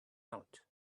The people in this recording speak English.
out